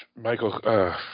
Michael